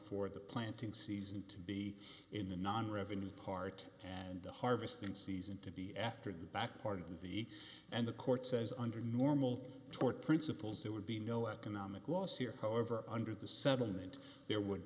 for the planting season to be in the non revenue part and the harvesting season to be after the back part of the e and the court says under normal tort principles there would be no economic loss here however under the settlement there would